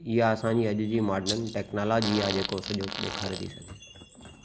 इहा असां जी अॼु जी मॉडर्न टेक्नोलॉजी आहे जेको सॼो ॾिखारे थी सघे